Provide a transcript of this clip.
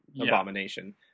abomination